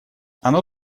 оно